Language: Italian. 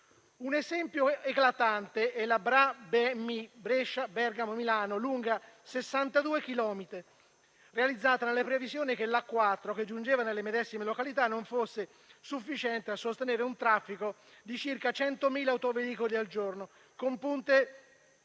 Un esempio eclatante è la Brebemi (Brescia-Bergamo-Milano), lunga sessantadue chilometri, realizzata nella previsione che l'autostrada A4, che giungeva nelle medesime località, non fosse sufficiente a sostenere un traffico di circa 100.000 autoveicoli al giorno, con punte